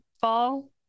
fall